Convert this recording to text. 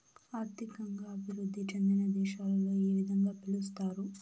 ఆర్థికంగా అభివృద్ధి చెందిన దేశాలలో ఈ విధంగా పిలుస్తారు